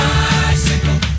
bicycle